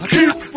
Keep